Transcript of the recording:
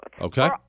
Okay